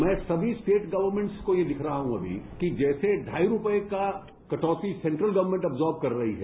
मै सभी state governments को ये लिख रहा हूं अभी कि जैसे ढाई रुपए का कटौती सेंट्रल गवर्नमेंट ऑब्जार्व कर रही है